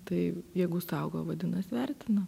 tai jeigu saugo vadinas vertina